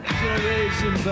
generation